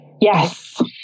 Yes